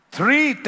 three